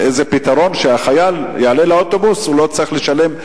איזה פתרון, חייל יעלה לאוטובוס הוא צריך לשלם.